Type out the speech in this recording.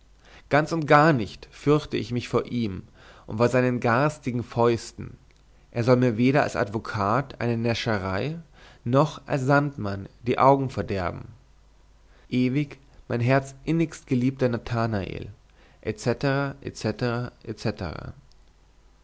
ganz und gar nicht fürchte ich mich vor ihm und vor seinen garstigen fäusten er soll mir weder als advokat eine näscherei noch als sandmann die augen verderben ewig mein herzinnigstgeliebter nathanael